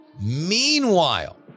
Meanwhile